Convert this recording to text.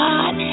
God